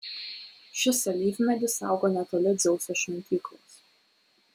šis alyvmedis augo netoli dzeuso šventyklos